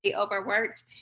overworked